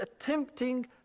attempting